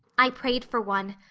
i prayed for one,